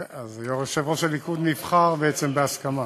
אז יושב-ראש הליכוד נבחר בעצם בהסכמה.